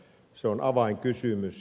se on avainkysymys